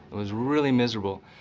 it was really miserable,